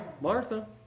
Martha